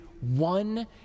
one